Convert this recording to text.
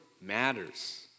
matters